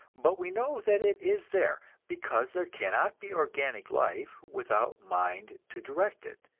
but we know that it is there, because there cannot be organic life without mind to direct it,